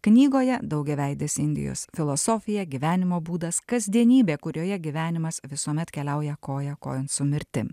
knygoje daugiaveidės indijos filosofija gyvenimo būdas kasdienybė kurioje gyvenimas visuomet keliauja koja kojon su mirtim